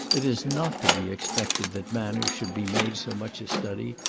it is not to be expected that manner should be made so much a study,